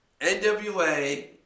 NWA